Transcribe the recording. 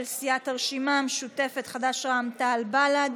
של סיעת הרשימה המשותפת, חד"ש, רע"מ, תע"ל ובל"ד.